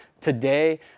today